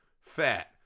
fat